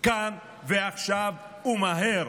כאן ועכשיו ומהר.